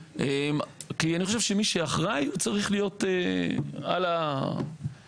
כי אני חושב שמי שאחראי צריך להיות על התכנון.